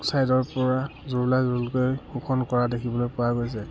ছাইডৰ পৰা জুৰুলা জুৰুলকৈ শোষণ কৰা দেখিবলৈ পোৱা গৈছে